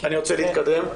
אני רוצה להתקדם.